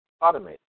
automated